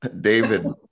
David